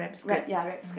wrap ya wrap skirt